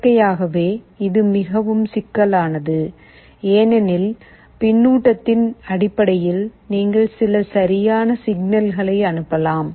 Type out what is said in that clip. இயற்கையாகவே இது மிகவும் சிக்கலானது ஏனெனில் பின்னூட்டத்தின் அடிப்படையில் நீங்கள் சில சரியான சிக்னல்களை அனுப்பலாம்